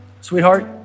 sweetheart